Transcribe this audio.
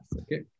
Okay